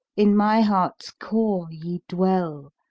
in my hearts core ye dwell,